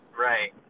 Right